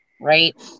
right